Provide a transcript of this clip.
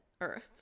earth